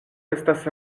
estas